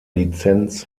lizenz